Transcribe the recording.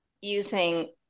using